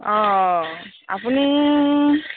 অঁ আপুনি